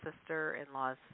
sister-in-law's